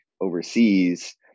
overseas